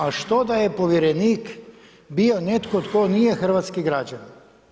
A što da je povjerenik bio netko tko nije hrvatski građanin?